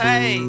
Hey